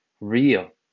real